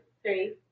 Three